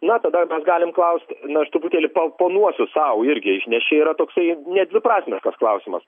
na tada mes galim klaust na aš truputėlį paoponuosiu sau irgi iš nes čia yra toksai nedviprasmiškas klausimas